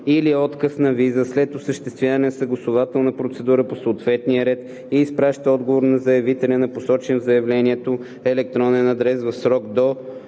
или отказ на виза след осъществяване на съгласувателна процедура по съответния ред и изпраща отговор на заявителя на посочен в заявлението електронен адрес в срок от